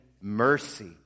mercy